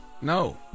No